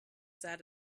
sat